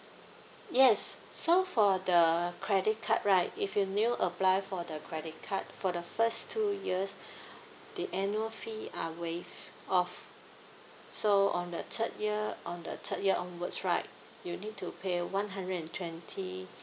yes so for the uh credit card right if you new apply for the credit card for the first two years the annual fee are waived off so on the third year on the third year onwards right you need to pay one hundred and twenty